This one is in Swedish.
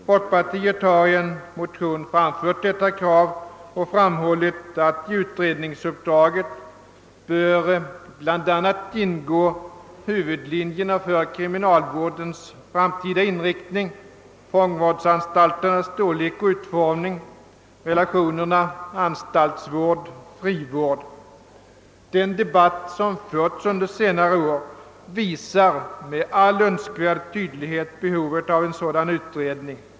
Folkpartiet har i motioner framfört detta krav och framhållit att i utredningsuppdraget bör bl.a. ingå huvudlinjerna för kriminalvårdens framtida inriktning, fångvårdsanstalternas storlek och utformning samt relationerna mellan anstaltsvård och frivård. Den debatt som förts under senare år visar med all önskvärd tydlighet behovet av en sådan utredning.